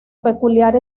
peculiar